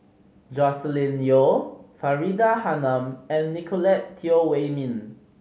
Joscelin Yeo Faridah Hanum and Nicolette Teo Wei Min